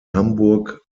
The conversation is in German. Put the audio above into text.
hamburg